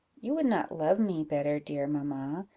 you would not love me better, dear mamma,